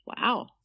Wow